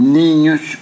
niños